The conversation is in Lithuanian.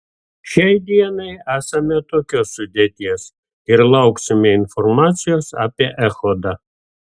šiai dienai esame tokios sudėties ir lauksime informacijos apie echodą